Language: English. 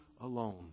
alone